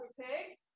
Okay